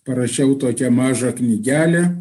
parašiau tokią mažą knygelę